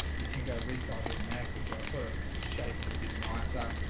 you can go resize automatically so it sort of shapes it a bit nicer